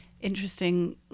interesting